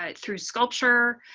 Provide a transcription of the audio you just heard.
ah through sculpture.